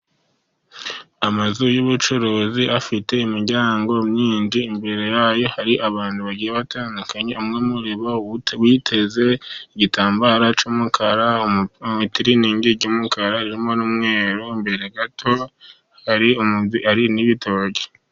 Amazu y'ubucuruzi afite imiryango myinshi, imbere yayo hari abantu bagiye batandukanye. Umwe muri bo witeze igitambaro cy'umukara, itiriningi y'umukara harimo n'umweru imbere gato hari n'ibitoki.